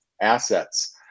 Assets